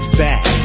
back